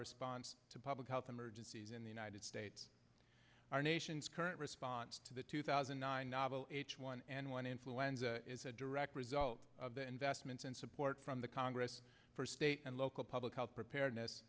response to public health emergencies in the united states our nation's current response to the two thousand and nine novel h one n one influenza is a direct result of the investments and support from the congress for state and local public health preparedness